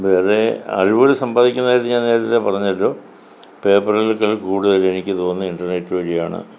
വേറെ അറിവുകൾ സമ്പാദിക്കുന്ന കാര്യം ഞാൻ നേരത്തെ പറഞ്ഞല്ലോ പേപ്പറുകളേക്കാൾ കൂടുതൽ എനിക്ക് തോന്നിയിട്ടുള്ള നെറ്റ് വഴിയാണ്